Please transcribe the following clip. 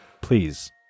Please